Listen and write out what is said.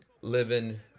living